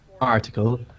article